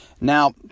Now